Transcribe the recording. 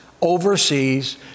overseas